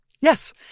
yes